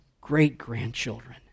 great-grandchildren